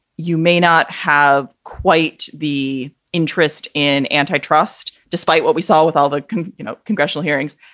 you may not have quite the interest in antitrust despite what we saw with all the you know congressional hearings.